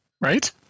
right